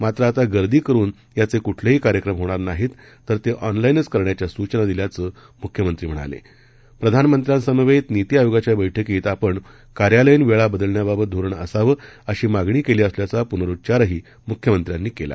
मात्र आता गर्दी करून याच क्रिठलक्षी कार्यक्रम होणार नाहीत तर ती ऑनलाईनच करण्याच्या सूचना दिल्याचं मुख्यमंत्री म्हणाल धानमंत्र्यांसमक्तनीती आयोगाच्या बर्क्कीत आपण कार्यालयीन वक्ती बदलण्याबाबत धोरण असावं अशी मागणी कल्ली असल्याचा पुनरुच्चारही मुख्यमंत्र्यांनी कल्ली